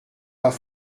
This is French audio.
pas